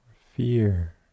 fear